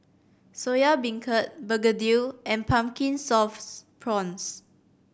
Soya Beancurd begedil and Pumpkin Sauce Prawns